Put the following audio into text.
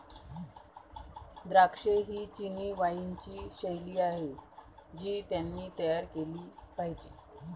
द्राक्षे ही चिनी वाइनची शैली आहे जी त्यांनी तयार केली पाहिजे